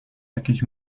jakiś